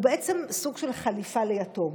הוא בעצם סוג של חליפה ליתום.